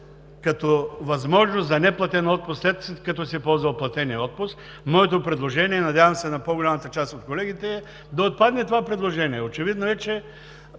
като възможност за неплатен отпуск, след като се ползва платеният отпуск – моето предложение, надявам се, и на по-голямата част от колегите, е да отпадне това предложение. Очевидно е, че